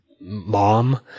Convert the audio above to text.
mom